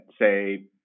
say